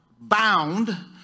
bound